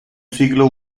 siglo